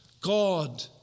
God